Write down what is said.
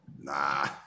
Nah